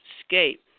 escape